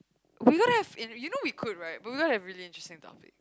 we gotta have you know we could right but we gotta have really interesting topics